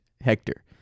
Hector